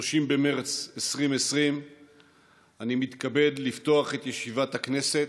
30 במרץ 2020. אני מתכבד לפתוח את ישיבת הכנסת.